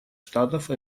штатов